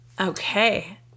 Okay